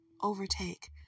overtake